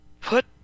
put